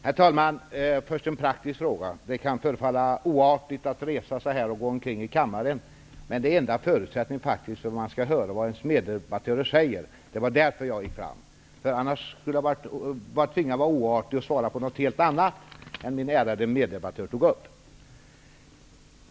Herr talman! Först en praktisk fråga. Det kan förefalla oartigt att resa sig upp och gå omkring här i kammaren, men det är en förutsättning för att jag skall höra vad meddebattörerna säger. Det var därför som jag gick fram här. Annars skulle jag tvingas att vara oartig och svara på något helt annat än vad min ärade meddebattör tar upp.